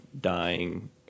dying